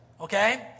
okay